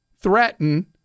threaten